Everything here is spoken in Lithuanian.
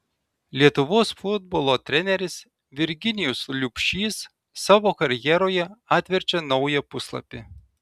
lietuvos futbolo treneris virginijus liubšys savo karjeroje atverčia naują puslapį